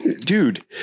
dude